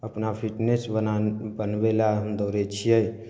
अपना फिटनेस बना बनबय लए हम दौड़य छियै